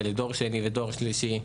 לדור שני ודור שלישי,